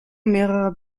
mehrerer